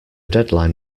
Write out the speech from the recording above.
deadline